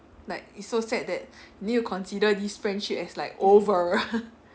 like it's so sad that need to consider this friendship as like over